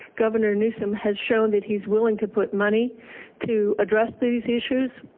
governor newsom has shown that he's willing to put money to address these issues.